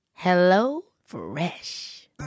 HelloFresh